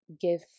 give